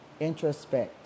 introspect